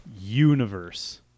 universe